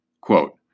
Quote